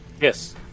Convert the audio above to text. Yes